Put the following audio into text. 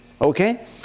Okay